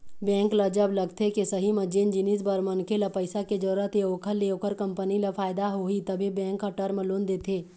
bank ल जब लगथे के सही म जेन जिनिस बर मनखे ल पइसा के जरुरत हे ओखर ले ओखर कंपनी ल फायदा होही तभे बेंक ह टर्म लोन देथे